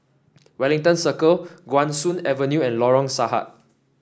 Wellington Circle Guan Soon Avenue and Lorong Sahad